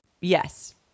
yes